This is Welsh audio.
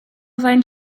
flaen